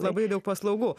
labai daug paslaugų